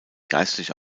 geistliche